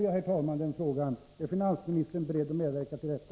Jag vill fråga: Är finansministern beredd att medverka till detta?